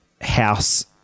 house